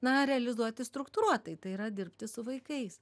na realizuoti struktūruotai tai yra dirbti su vaikais